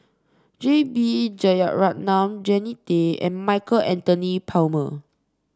J B Jeyaretnam Jannie Tay and Michael Anthony Palmer